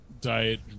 diet